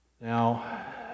Now